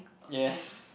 yes